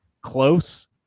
close